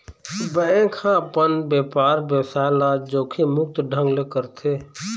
bank ह अपन बेपार बेवसाय ल जोखिम मुक्त ढंग ले करथे